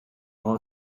while